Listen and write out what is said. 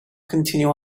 continue